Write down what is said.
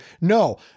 No